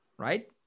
right